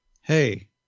hey